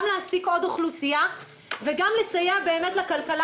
גם להעסיק עוד אוכלוסייה וגם לסייע לכלכלה